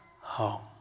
home